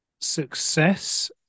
success